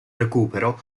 recupero